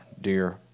dear